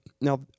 Now